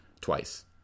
Twice